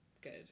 good